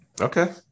Okay